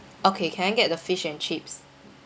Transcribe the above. okay can I get the fish and chips